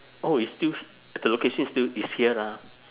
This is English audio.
oh it's still the location is still is here lah